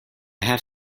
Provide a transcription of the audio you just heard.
have